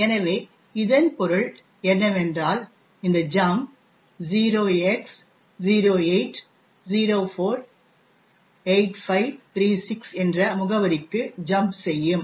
எனவே இதன் பொருள் என்னவென்றால் இந்த ஜம்ப் 0x08048536 என்ற முகவரிக்கு ஜம்ப் செய்யும்